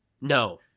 No